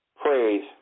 Praise